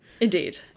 indeed